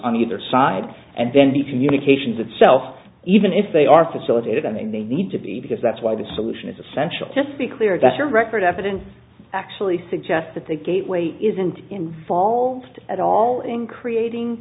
on either side and then the communications itself even if they are facilitated i mean they need to be because that's why this solution is essential just be clear that your record evidence actually suggests that the gateway isn't involved at all in creating